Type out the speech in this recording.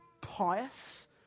pious